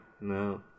No